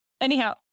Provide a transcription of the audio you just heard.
anyhow